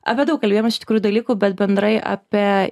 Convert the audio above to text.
apie daug kalbėjomės iš tikrųjų dalykų bet bendrai apie